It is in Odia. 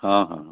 ହଁ ହଁ ହଁ